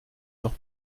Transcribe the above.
noch